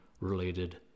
related